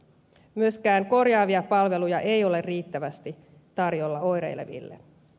myöskään korjaavia palveluja ei ole riittävästi tarjolla oireileville